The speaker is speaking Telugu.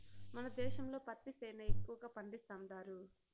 మన దేశంలో పత్తి సేనా ఎక్కువగా పండిస్తండారు